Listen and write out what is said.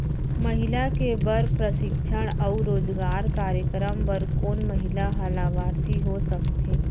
महिला के बर प्रशिक्षण अऊ रोजगार कार्यक्रम बर कोन महिला ह लाभार्थी हो सकथे?